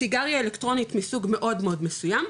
סיגריה אלקטרונית מסוג מאוד מאוד מסוים,